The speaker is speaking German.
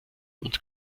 und